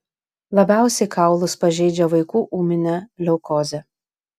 labiausiai kaulus pažeidžia vaikų ūminė leukozė